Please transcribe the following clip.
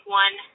one